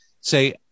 say